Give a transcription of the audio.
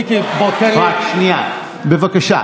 מיקי, בוא, תן לי רק שנייה, בבקשה.